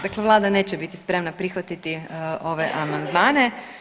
Dakle, vlada neće biti spremna prihvatiti ove amandmane.